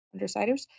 undersiders